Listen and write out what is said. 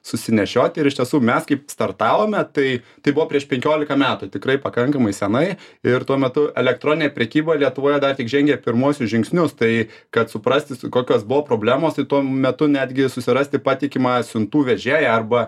susinešioti ir iš tiesų mes kaip startavome tai tai buvo prieš penkiolika metų tikrai pakankamai senai ir tuo metu elektroninė prekyba lietuvoje dar tik žengė pirmuosius žingsnius tai kad suprasti kokios buvo problemos tai tuo metu netgi susirasti patikimą siuntų vežėją arba